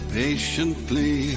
patiently